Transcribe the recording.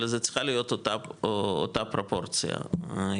אבל זו צריכה להיות אותה פרופורציה הגיונית.